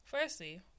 firstly